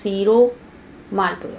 सीरो मालपुड़ो